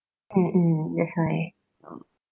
mm mm ya sorry